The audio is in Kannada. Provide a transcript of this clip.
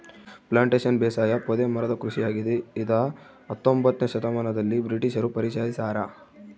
ಪ್ಲಾಂಟೇಶನ್ ಬೇಸಾಯ ಪೊದೆ ಮರದ ಕೃಷಿಯಾಗಿದೆ ಇದ ಹತ್ತೊಂಬೊತ್ನೆ ಶತಮಾನದಲ್ಲಿ ಬ್ರಿಟಿಷರು ಪರಿಚಯಿಸ್ಯಾರ